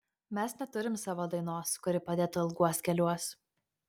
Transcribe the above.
mes neturim savo dainos kuri padėtų ilguos keliuos